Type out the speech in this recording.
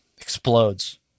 explodes